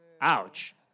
Ouch